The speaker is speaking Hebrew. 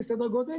-- סדר גודל